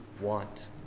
want